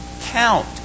count